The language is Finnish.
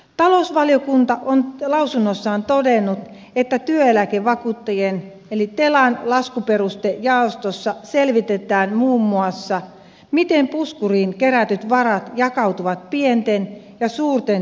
talousvaliokunta on lausunnossaan todennut että työeläkevakuuttajien eli telan laskuperustejaostossa selvitetään muun muassa miten puskuriin kerätyt varat jakautuvat pienten ja suurten työnantajien kesken